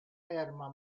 ferma